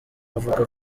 avuga